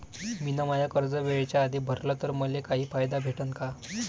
मिन माय कर्ज वेळेच्या आधी भरल तर मले काही फायदा भेटन का?